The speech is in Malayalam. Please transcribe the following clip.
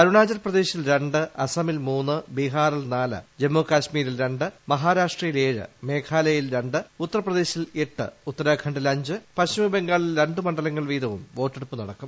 അരുണാചൽ പ്രദേശിൽ രണ്ട് അസ്റ്റമിൽ മൂന്ന് ബിഹാറിൽ നാല് ജമ്മുകാശ്മീരിൽ രണ്ട് മഹാരാഷ്ട്രയിൽ ഏഴ് മേഘാലയയിൽ രണ്ട് ഉത്തർപ്രദേശിൽ എട്ട് ഉത്തരാഖണ്ഡിൽ അഞ്ച് പശ്ചിമബംഗാളിൽ രണ്ട് മണ്ഡലങ്ങളിൽ വീതവും വോട്ടെടുപ്പ് നടക്കും